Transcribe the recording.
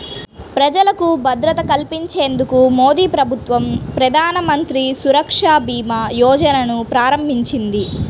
ప్రజలకు భద్రత కల్పించేందుకు మోదీప్రభుత్వం ప్రధానమంత్రి సురక్ష భీమా యోజనను ప్రారంభించింది